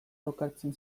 lokartzen